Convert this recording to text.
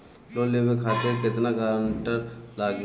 Loan लेवे खातिर केतना ग्रानटर लागी?